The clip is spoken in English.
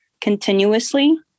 continuously